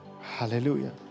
hallelujah